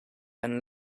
and